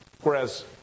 Whereas